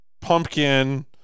pumpkin